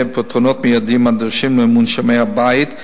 ופתרונות מיידיים הנדרשים למונשמי הבית,